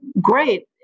great